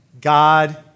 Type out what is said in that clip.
God